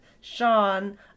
Sean